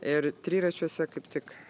ir triračiuose kaip tik